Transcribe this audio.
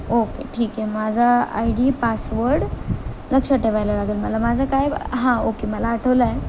okay ठीक आहे माझा आय डी पासवर्ड लक्ष ठेवायला लागेल मला माझं काय हां ओके मला आठवलं आहे